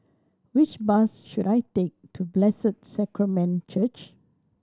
which bus should I take to Blessed Sacrament Church